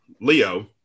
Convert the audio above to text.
Leo